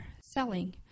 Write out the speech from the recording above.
selling